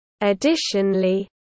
Additionally